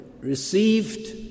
received